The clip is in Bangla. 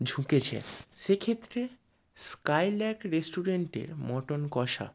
ঝুঁকেছে সে ক্ষেত্রে স্কাইলার্ক রেস্টুরেন্টের মটন কষা